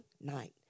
Night